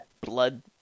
blood